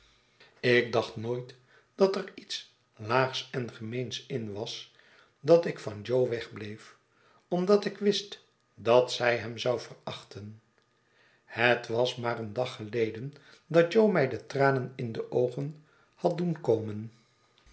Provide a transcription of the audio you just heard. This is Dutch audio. ik dacht nooit dat er iets groote verwachtingen laags en gemeens in was dat ik van jo wegbleef omdat ik wist dat zij hem zou verachten het was maar een dag geleden datjomij de tranen in de oogen had doen komen